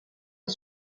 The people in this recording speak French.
est